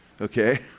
okay